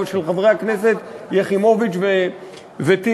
של חברי הכנסת יחימוביץ וטיבי.